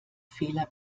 fehler